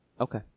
Okay